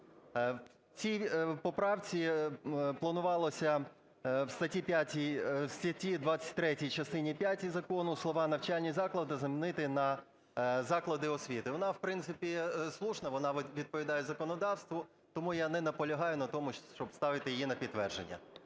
в цій поправці планувалося, в статті 5, в статті 23, частині п'ятій закону слова "навчальні заклади" замінити на "заклади освіти". Вона, в принципі, слушна, вона відповідає законодавству, тому я не наполягаю на тому, щоб ставити її на підтвердження.